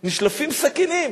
נשלפים סכינים,